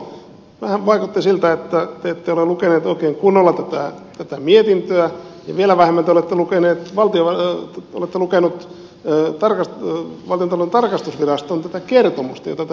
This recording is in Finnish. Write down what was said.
vähän vaikutti siltä että te ette ole lukenut oikein kunnolla tätä mietintöä ja vielä vähemmän te olette lukenut tätä valtiontalouden tarkastusviraston kertomusta jota tässä on arvioitu